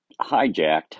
hijacked